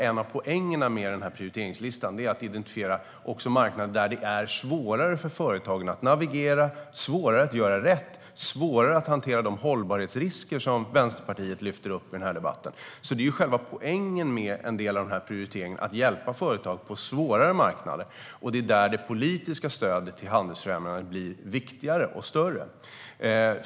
En av poängerna med prioriteringslistan är att identifiera marknader där det är svårare för företagen att navigera, svårare att göra rätt och svårare att hantera de hållbarhetsrisker som Vänsterpartiet lyfter upp i debatten. Själva poängen med en del av prioriteringarna är att hjälpa företag på svårare marknader. Det är där det politiska stödet till handelsfrämjandet blir viktigare och större.